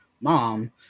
mom